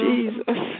Jesus